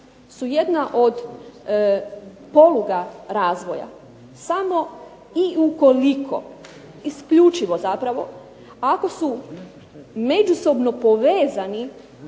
su jedna od poluga razvoja, samo ukoliko isključivo zapravo ako su međusobno povezani